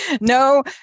No